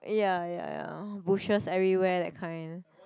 ya ya ya bushes everywhere that kind